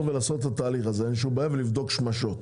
ולעשות את התהליך הזה ולבדוק שמשות.